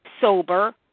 sober